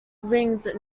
ringed